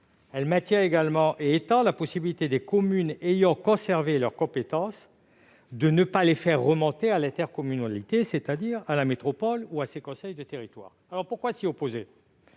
Elle maintient également et étend la possibilité pour les communes ayant conservé leurs compétences de ne pas les faire remonter à l'intercommunalité, c'est-à-dire à la métropole ou à ses conseils de territoires. Pourquoi alors s'y opposer ?